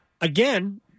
again